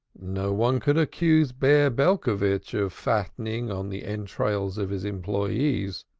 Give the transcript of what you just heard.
no one could accuse bear belcovitch of fattening on the entrails of his employees.